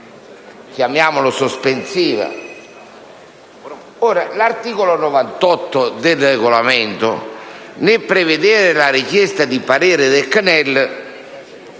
chiamiamo sospensiva,